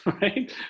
right